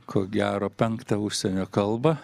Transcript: ko gero penktą užsienio kalba